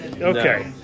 Okay